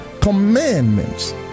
commandments